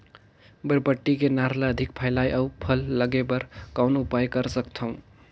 बरबट्टी के नार ल अधिक फैलाय अउ फल लागे बर कौन उपाय कर सकथव?